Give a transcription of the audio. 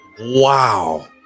wow